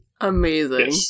Amazing